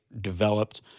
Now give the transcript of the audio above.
developed